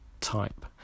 type